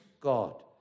God